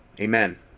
Amen